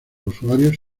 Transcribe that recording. usuarios